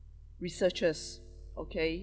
researchers okay